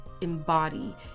embody